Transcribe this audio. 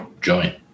join